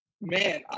Man